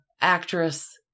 actress